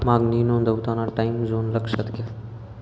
मागणी नोंदवताना time zone लक्षात घ्या